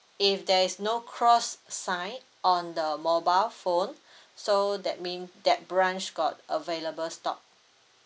if there is no cross sign on the mobile phone so that mean that branch got available stock